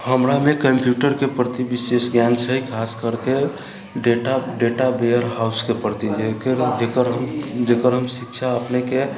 हमरामे कम्प्यूटरके प्रति विशेष ज्ञान छै खास करके डेटा डेटा वीअर हाउसके प्रति जेकर हम शिक्षा अपनेके